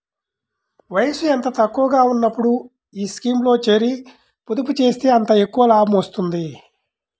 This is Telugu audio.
వయసు ఎంత తక్కువగా ఉన్నప్పుడు ఈ స్కీమ్లో చేరి, పొదుపు చేస్తే అంత ఎక్కువ లాభం వస్తుంది